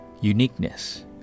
Uniqueness